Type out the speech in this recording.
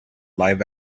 live